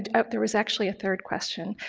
and there was actually a third question,